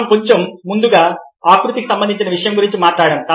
మనం కొంచెం ముందుగా ఆకృతికి సంబంధించిన విషయం గురించి మాట్లాడాము